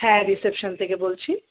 হ্যাঁ রিসেপশান থেকে বলছি